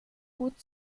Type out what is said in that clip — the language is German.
gut